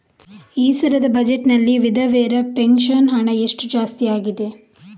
ಈ ಸಲದ ಬಜೆಟ್ ನಲ್ಲಿ ವಿಧವೆರ ಪೆನ್ಷನ್ ಹಣ ಎಷ್ಟು ಜಾಸ್ತಿ ಆಗಿದೆ?